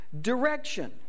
Direction